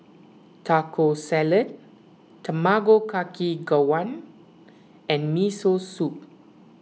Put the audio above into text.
Taco Salad Tamago Kake Gohan and Miso Soup